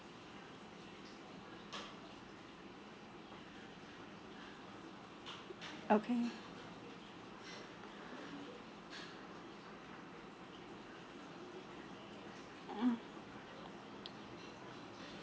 okay